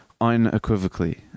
unequivocally